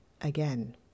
again